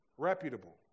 reputable